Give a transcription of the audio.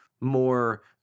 more